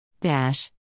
Dash